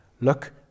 look